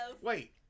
Wait